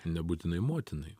nebūtinai motinai